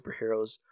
superheroes